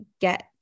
get